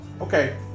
Okay